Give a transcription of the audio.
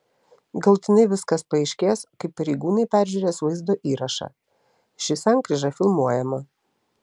galutinai viskas paaiškės kai pareigūnai peržiūrės vaizdo įrašą ši sankryža filmuojama